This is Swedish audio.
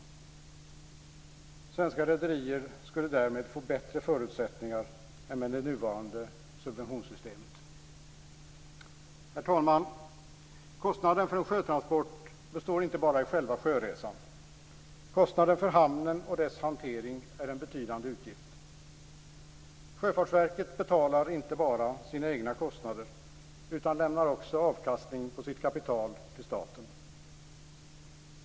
Svenska rederier skulle därmed få bättre förutsättningar än med det nuvarande subventionssystemet. Herr talman! Kostnaden för en sjötransport består inte bara av själva sjöresan, kostnaden för hamnen och dess hantering är en betydande utgift. Sjöfartsverket betalar inte bara sina egna kostnader, utan lämnar också avkastning på sitt kapital till staten.